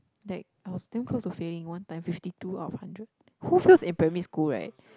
like I was damn close to failing one time fifty two out of hundred who fails in primary school right